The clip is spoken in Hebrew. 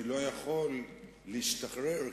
אני לא יכול להשתחרר,